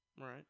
Right